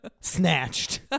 snatched